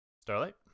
Starlight